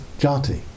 jati